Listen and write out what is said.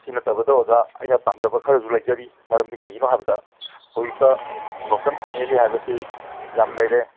ꯁꯤ ꯅꯠꯇꯕꯗ ꯑꯣꯖꯥ ꯑꯩꯅ ꯄꯥꯝꯖꯕ ꯈꯔꯁꯨ ꯂꯩꯖꯔꯤ ꯃꯔꯝꯗꯤ ꯀꯩꯒꯤꯅꯣ ꯍꯥꯏꯕꯗ ꯍꯧꯖꯤꯛꯇꯤ ꯕ꯭ꯔꯣꯀꯟ ꯐꯦꯃꯤꯂꯤ ꯍꯥꯏꯕꯁꯤ ꯌꯥꯝ ꯂꯩꯔꯦ